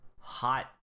hot